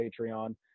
Patreon